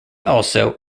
also